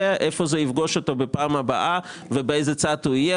היכן זה יפגוש אותו בפעם הבאה ובאיזה צד הוא יהיה,